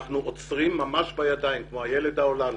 אנחנו עוצרים ממש בידיים, כמו הילד ההולנדי,